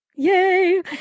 Yay